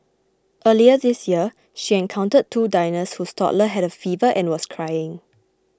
earlier this year she encountered two diners whose toddler had a fever and was crying